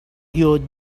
you